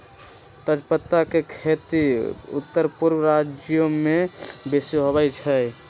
तजपत्ता के खेती उत्तरपूर्व राज्यमें बेशी होइ छइ